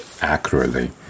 accurately